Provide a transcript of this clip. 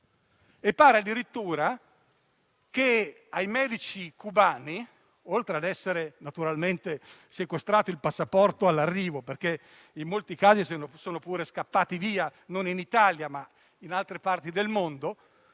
e pare addirittura che ai medici cubani, oltre naturalmente ad essere stato sequestrato il passaporto all'arrivo, perché in molti casi sono anche scappati via (non in Italia, ma in altre parti del mondo),